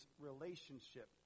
relationship